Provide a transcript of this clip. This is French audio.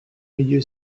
milieu